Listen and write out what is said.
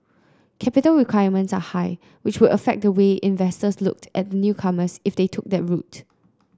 capital requirements are high which would affect the way investors looked at the newcomers if they took that route